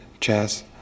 Chaz